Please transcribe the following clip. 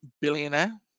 billionaire